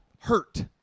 hurt